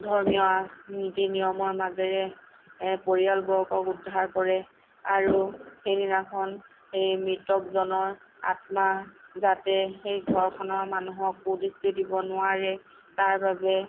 ধৰ্মীয় নীতি নিয়মৰ মাজেৰে এ পৰিয়ালবৰ্গক উদ্ধাৰ কৰে আৰু সেই দিনাখন সেই মৃতকজনৰ আত্মা যাতে সেই ঘৰখনৰ মানুহক কু দৃষ্টি দিব নোৱাৰে তাৰ বাবে